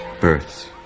births